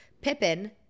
Pippin